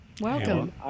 Welcome